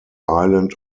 island